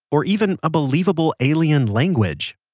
or even a believable alien language.